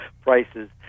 prices